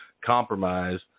compromise